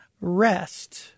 rest